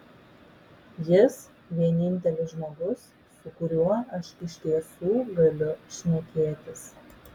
jis vienintelis žmogus su kuriuo aš iš tiesų galiu šnekėtis